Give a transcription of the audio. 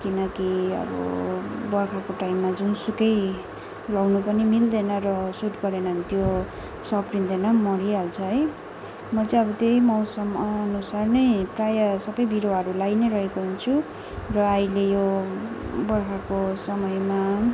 किनकि अब बर्खाको टाइममा जुनसुकै लाउनु पनि मिल्दैन र सुट गरेन भने त्यो सप्रिँदैन मरिहाल्छ है म चाहिँ अब त्यही मौसम अनुसार नै प्राय सबै बिरूवाहरू लाइ नै रहेको हुन्छु र अहिले यो बर्खाको समयमा